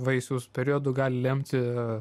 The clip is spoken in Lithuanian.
vaisiaus periodu gali lemti